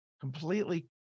completely